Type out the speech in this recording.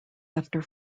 after